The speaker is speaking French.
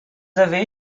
avez